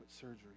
surgery